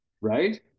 Right